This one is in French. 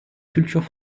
culture